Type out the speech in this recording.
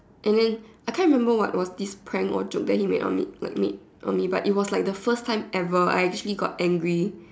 and then I can't remember what was this prank or joke that he made on me like made on me but it was like the first time ever I actually got angry